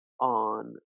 on